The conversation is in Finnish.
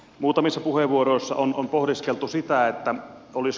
muutamissa puheenvuoroissa on pohdiskeltu sitä että olis